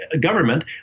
government